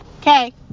Okay